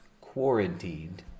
quarantined